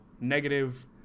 Negative